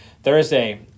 Thursday